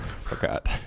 forgot